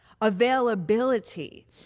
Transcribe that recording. availability